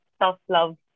self-love